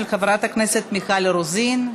של חברת הכנסת מיכל רוזין.